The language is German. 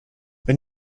wenn